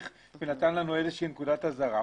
ונתן לנו נורת אזהרה.